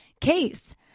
case